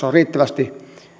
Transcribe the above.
on riittävästi